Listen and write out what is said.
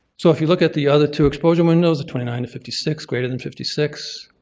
so if you look at the other two exposure windows, the twenty nine fifty six, greater than fifty six,